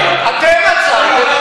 יכול להיות שכן.